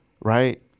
right